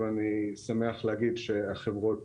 ואני שמח להגיד שהחברות